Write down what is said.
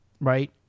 right